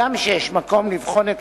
הגם שיש מקום לבחון את